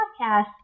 podcast